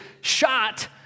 shot